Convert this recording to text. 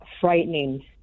frightening